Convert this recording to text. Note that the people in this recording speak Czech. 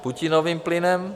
Putinovým plynem?